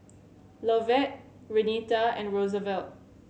Lovett Renita and Roosevelt